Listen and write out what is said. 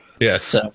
Yes